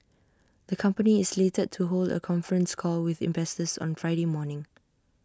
the company is slated to hold A conference call with investors on Friday morning